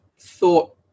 thought